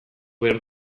behar